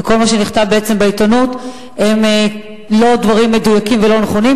וכל מה שנכתב בעצם בעיתונות הם לא דברים מדויקים ולא נכונים.